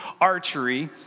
archery